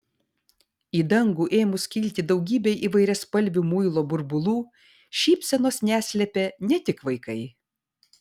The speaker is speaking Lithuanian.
į dangų ėmus kilti daugybei įvairiaspalvių muilo burbulų šypsenos neslėpė ne tik vaikai